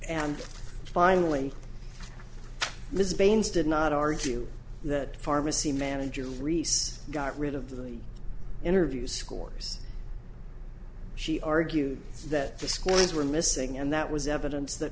and finally ms baines did not argue that pharmacy manager reese got rid of the interview scores she argued that the scores were missing and that was evidence that